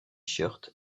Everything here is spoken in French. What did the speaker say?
shirts